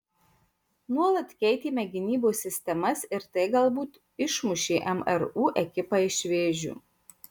nuolat keitėme gynybos sistemas ir tai galbūt išmušė mru ekipą iš vėžių